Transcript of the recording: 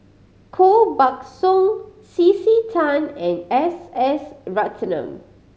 Koh Buck Song C C Tan and S S Ratnam